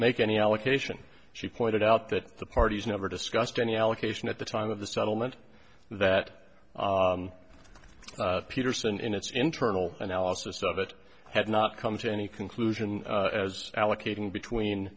make any allocation she pointed out that the parties never discussed any allocation at the time of the settlement that peterson in its internal analysis of it had not come to any conclusion as allocating between